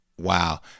Wow